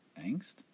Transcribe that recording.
Angst